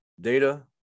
data